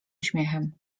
uśmiechem